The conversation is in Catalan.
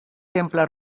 temple